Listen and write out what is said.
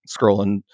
scrolling